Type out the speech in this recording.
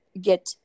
get